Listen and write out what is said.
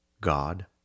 God